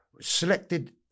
selected